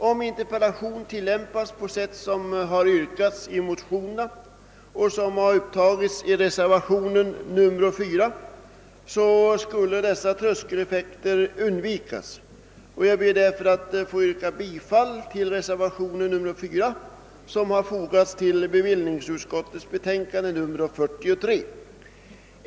Om interpolation tillämpas på sätt som har yr kats i motionerna och som har tagits upp i reservation 4, skulle dessa tröskeleffekter undvikas. Jag ber därför att få yrka bifall till reservation 4 som är fogad till bevillningsutskottets betänkande nr 43.